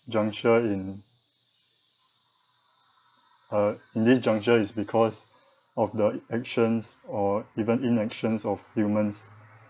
juncture in uh in this juncture is because of the actions or even inactions of humans